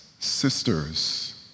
Sisters